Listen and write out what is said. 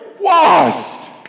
washed